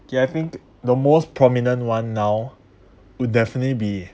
okay I think the most prominent one now would definitely be